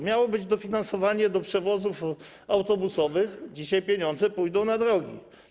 Miało być dofinansowanie do przewozów autobusowych, a dzisiaj pieniądze idą na drogi.